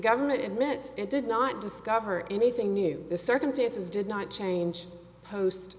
government admits it did not discover anything new the circumstances did not change post